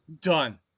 Done